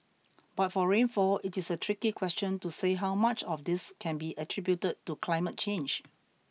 but for rainfall it is a tricky question to say how much of this can be attributed to climate change